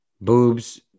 boobs